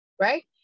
right